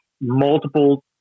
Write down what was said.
multiple